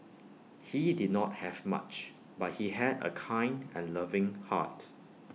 he did not have much but he had A kind and loving heart